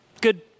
Good